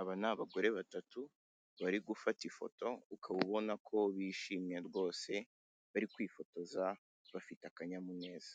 Aba ni abagore batatu bari gufata ifoto, ukaba ubona ko bishimye rwose; bari kwifotoza bafite akanyamuneza,